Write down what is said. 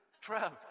Trev